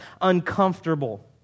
uncomfortable